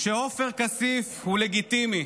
שעופר כסיף הוא לגיטימי,